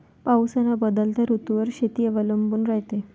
पाऊस अन बदलत्या ऋतूवर शेती अवलंबून रायते